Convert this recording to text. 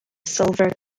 silver